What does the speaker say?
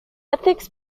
ethics